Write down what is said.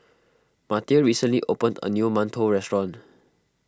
Marty a recently opened a new Mantou restaurant